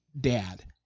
dad